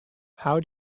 how